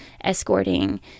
escorting